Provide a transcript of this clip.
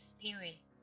theory